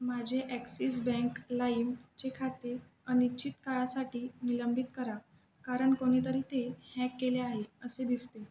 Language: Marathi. माझे ॲक्सिस बँक लाईमचे खाते अनिश्चित काळासाठी निलंबित करा कारण कोणीतरी ते हॅक केले आहे असे दिसते